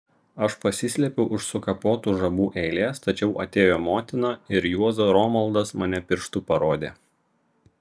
aš pasislėpiau už sukapotų žabų eilės tačiau atėjo motina ir juozo romaldas mane pirštu parodė